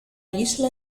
isla